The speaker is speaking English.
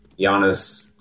Giannis